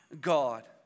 god